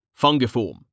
Fungiform